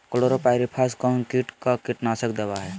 Chlorpyrifos कौन किट का कीटनाशक दवा है?